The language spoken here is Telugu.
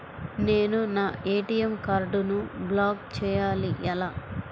నేను నా ఏ.టీ.ఎం కార్డ్ను బ్లాక్ చేయాలి ఎలా?